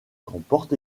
comporte